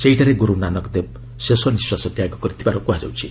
ସେହିଠାରେ ଗୁରୁ ନାନକ ଦେବ ଶେଷ ନିଶ୍ୱାସ ତ୍ୟାଗ କରିଥିବାର କୁହାଯାଉଛି